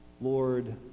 Lord